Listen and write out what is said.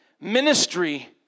Ministry